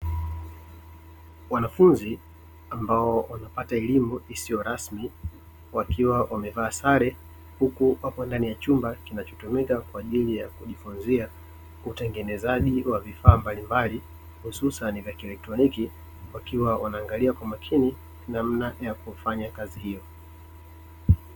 Wanafunzi ambao wanapata elimu isiyo rasmi, wakiwa wamevaa sare huku wapo ndani ya chumba kinachotumika kwa ajili ya kujifunzia utengenezaji wa vifaa mbalimbali, hususani vya kielektroniki wakiwa wanaangalia kwa makini namna ya kufanya kazi hiyo.